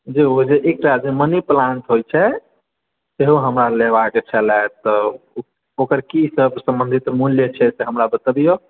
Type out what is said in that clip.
जी ओ जे money plant होइ छै सेहो हमरा लेबाक छलै तऽ ओकर की सम्बंधित मूल्य छै से हमरा बताबियौ